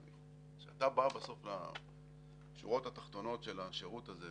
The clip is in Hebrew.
כשאתה בא בסוף לשורות התחתונות של השירות הזה,